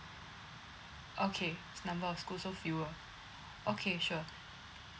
okay number of schools so fewer okay sure